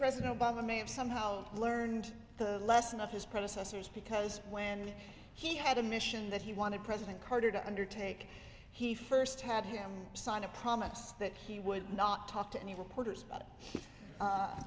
president obama may have somehow learned the lesson of his predecessors because when he had a mission that he wanted president carter to undertake he first had him sign a promise that he would not talk to any reporters but